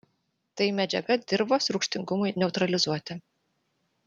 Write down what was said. tai medžiaga dirvos rūgštingumui neutralizuoti